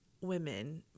women